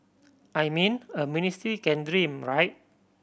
I mean a ministry can dream right